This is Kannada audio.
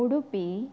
ಉಡುಪಿ